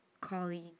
colleague